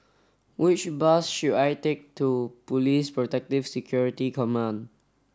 which bus should I take to Police Protective Security Command